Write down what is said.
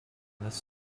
this